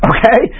Okay